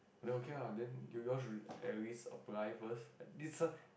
then okay ah then you you'll should at least apply first it's a